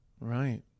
Right